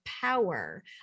power